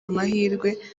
amahirwe